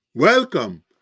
Welcome